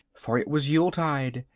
for it was yuletide,